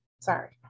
Sorry